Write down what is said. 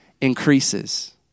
increases